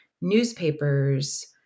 newspapers